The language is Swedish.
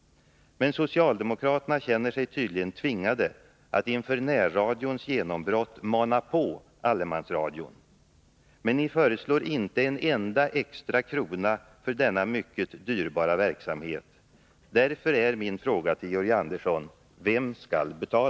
Men socialdemokraterna känner sig tydligen tvingade att inför närradions genombrott mana på allemansradion. Men ni föreslår inte en enda extra krona för denna mycket dyrbara verksamhet. Därför är min fråga till Georg Andersson: Vem skall betala?